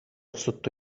sotto